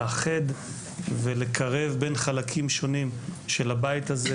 לאחד ולקרב בין חלקים שונים של הבית הזה,